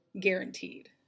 guaranteed